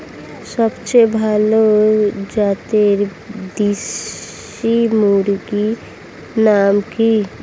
সবচেয়ে ভালো জাতের দেশি মুরগির নাম কি?